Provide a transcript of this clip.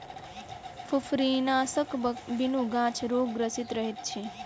फुफरीनाशकक बिनु गाछ रोगग्रसित रहैत अछि